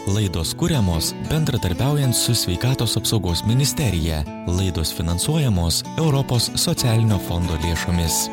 laidos kuriamos bendradarbiaujant su sveikatos apsaugos ministerija laidos finansuojamos europos socialinio fondo lėšomis